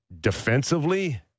defensively